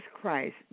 Christ